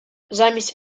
замість